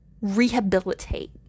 rehabilitate